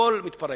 הכול מתפרק,